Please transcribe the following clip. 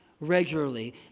regularly